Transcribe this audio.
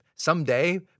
Someday